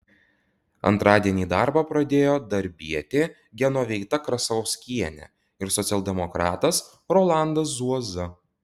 antradienį darbą pradėjo darbietė genoveita krasauskienė ir socialdemokratas rolandas zuoza